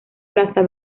plaza